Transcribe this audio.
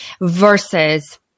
versus